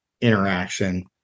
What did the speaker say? interaction